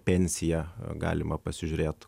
pensiją galima pasižiūrėt